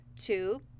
Two